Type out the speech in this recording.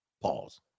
Pause